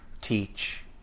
teach